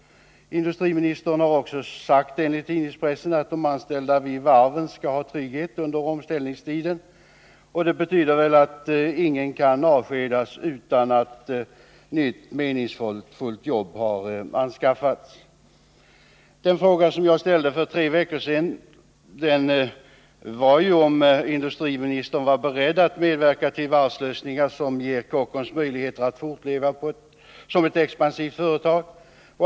Industriministern har också sagt, enligt pressuppgifter, att de anställda vid varven skall ha trygghet under omställningstiden. Det betyder väl att ingen kan avskedas utan att nytt meningsfullt jobb har anskaffats. Den fråga jag ställt är om industriministern är beredd att medverka till varvslösningar som ger Kockums möjligheter att fortleva som ett expansivt företag.